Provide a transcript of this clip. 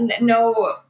no